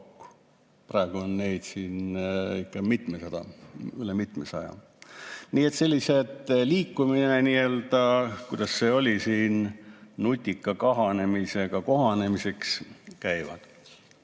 Praegu on neid siin ikka üle mitmesaja. Nii et selline liikumine, kuidas see oli siin, nutika kahanemisega kohanemiseks käib.